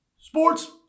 sports